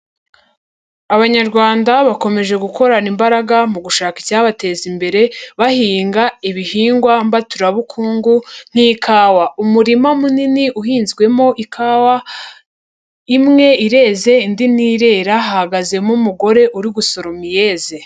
Abanyarwanda bakomeje gukorana imbaraga mu gushaka icyabateza imbere, bahinga ibihingwa mbaturabukungu nk'ikawa, umurima munini uhinzwemo ikawa, imwe irenzeze, indi ni irera, hahagazemo umugore uri gusoroma iyeze.